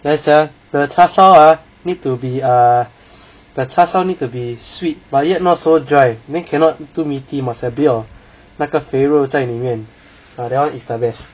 ya sia the 叉烧 ah need to be err the 叉烧 need to be sweet but yet not so dry then cannot too meaty must have a bit of 那个肥肉在里面 !wah! that [one] is the best